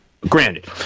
granted